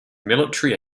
military